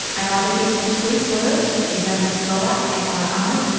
our other guests this week were islamic scholar, akbar ahmed,